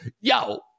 yo